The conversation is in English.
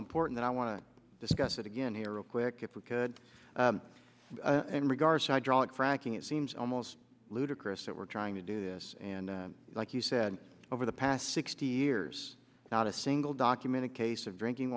important i want to discuss it again here real quick if we could in regards hydraulic fracking it seems almost ludicrous that we're trying to do this and like you said over the past sixty years not a single documented case of drinking